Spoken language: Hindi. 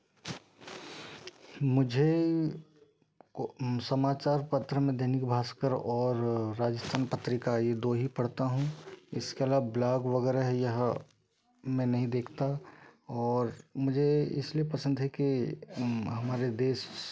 मुझे समाचार पत्र में दैनिक भास्कर और राजस्थान पत्रिका यह दो ही पढ़ता हूँ इसके अलावा ब्लॉग वगैरह है यह मैं नहीं देखता और मुझे इसलिए पसंद है कि हमारे देश